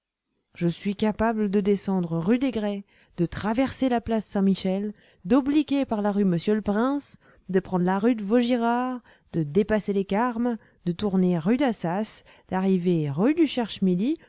je suis capable de descendre rue des grès de traverser la place saint-michel d'obliquer par la rue monsieur-le-prince de prendre la rue de vaugirard de dépasser les carmes de tourner rue d'assas d'arriver rue du cherche-midi